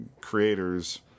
creators